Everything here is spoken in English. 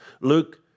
Luke